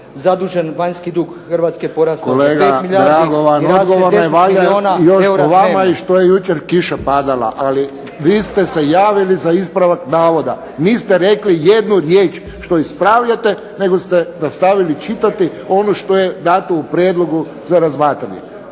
Dragovan… … /Govornici govore u isti glas, ne razumije se./… Odgovorna je valjda i još po vama i što je jučer kiša padala, ali vi ste se javili za ispravak navoda. Niste rekli jednu riječ što ispravljate nego ste nastavili čitati ono što je dato u prijedlogu za razmatranje.